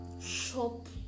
shop